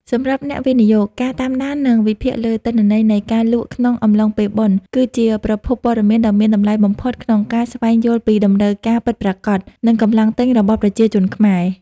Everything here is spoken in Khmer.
សម្រាប់អ្នកវិនិយោគ ការតាមដាន និងវិភាគលើទិន្នន័យនៃការលក់ក្នុងអំឡុងពេលបុណ្យ គឺជាប្រភពព័ត៌មានដ៏មានតម្លៃបំផុតក្នុងការស្វែងយល់ពីតម្រូវការពិតប្រាកដ និងកម្លាំងទិញរបស់ប្រជាជនខ្មែរ។